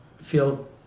feel